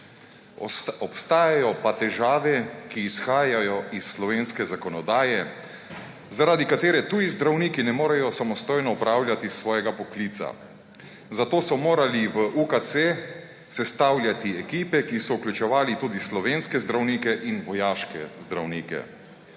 »Obstajajo pa težave, ki izhajajo iz slovenske zakonodaje, zaradi katere tuji zdravniki ne morejo samostojno opravljati svojega poklica. Zato so morali v UKC sestavljati ekipe, ki so vključevali tudi slovenske zdravnike in vojaške zdravnike.